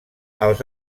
els